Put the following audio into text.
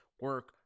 Work